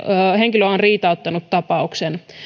henkilöä on riitauttanut tapauksen